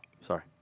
sorry